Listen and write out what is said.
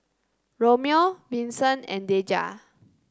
Romeo Vinson and Deja